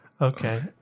Okay